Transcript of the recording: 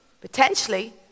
Potentially